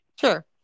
Sure